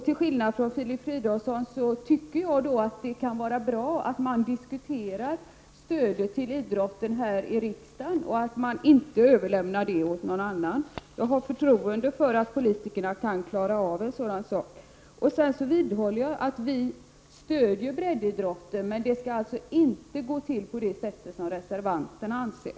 Till skillnad från Filip Fridolfsson tycker jag att det kan vara bra att diskutera stöd till idrotten här i riksdagen i stället för att överlämna det åt någon annan. Jag har förtroende för att politikerna kan klara av en sådan sak. Jag vidhåller att vi stöder breddidrotten, men det skall inte gå till på det sättet som reservanterna anser.